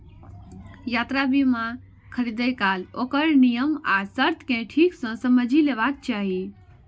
यात्रा बीमा खरीदै काल ओकर नियम आ शर्त कें ठीक सं समझि लेबाक चाही